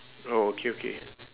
oh okay okay